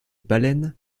baleines